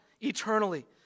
Eternally